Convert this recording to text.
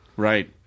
Right